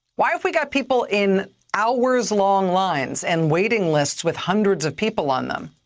why have we got people in hours' long lines and waiting lists with hundreds of people on them?